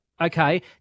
Okay